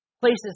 places